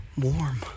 warm